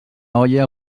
olla